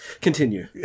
Continue